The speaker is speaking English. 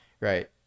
Right